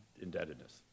indebtedness